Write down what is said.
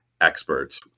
experts